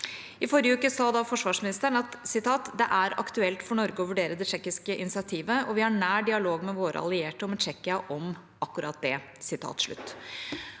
I forrige uke sa forsvarsministeren: «Det er aktuelt for Norge å vurdere det tsjekkiske initiativet, og vi har nær dialog med våre allierte og med Tsjekkia om akkurat det.»